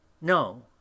no